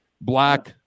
Black